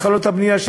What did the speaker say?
התחלות הבנייה,